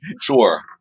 Sure